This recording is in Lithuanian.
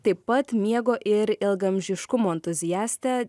taip pat miego ir ilgaamžiškumo entuziaste